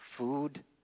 Food